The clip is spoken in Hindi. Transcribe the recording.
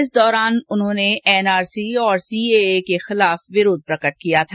इस दौरान उन्होंने एनआरसी तथा सीएए के खिलाफ विरोध प्रकट किया था